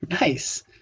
Nice